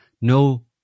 No